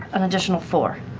an additional four.